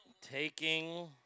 Taking